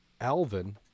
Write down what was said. Alvin